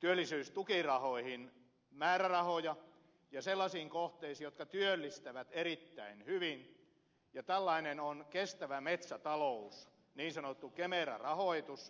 työllisyystukirahoihin määrärahoja sellaisiin kohteisiin jotka työllistävät erittäin hyvin ja tällainen on kestävä metsätalous niin sanottu kemera rahoitus